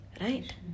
Right